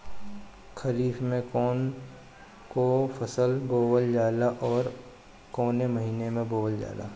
खरिफ में कौन कौं फसल बोवल जाला अउर काउने महीने में बोवेल जाला?